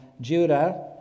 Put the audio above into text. Judah